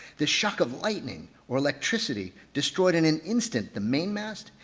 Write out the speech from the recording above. the shock of lightning or electricity destroyed in an instant the mainmast,